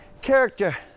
character